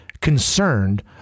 concerned